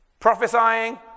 Prophesying